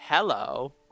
hello